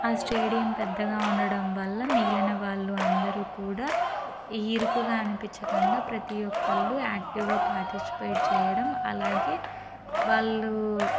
ఆ స్టేడియం పెద్దగా ఉండడం వల్ల మిగిలిన వాళ్ళు అందరు కూడా ఇరుకుగా అనిపించకుండా ప్రతి ఒక్కరు యాక్టీవ్గా పాటిస్పెట్ చేయడం అలాగే వాళ్ళు